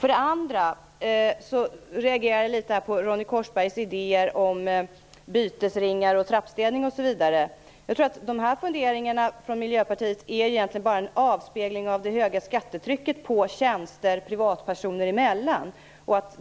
Jag reagerade också litet på Ronny Korsbergs idéer om bytesringar, trappstädning o.s.v. Jag tror att de funderingarna från Miljöpartiet egentligen bara är en avspegling av det höga skattetrycket på tjänster privatpersoner emellan.